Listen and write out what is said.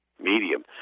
medium